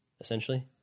essentially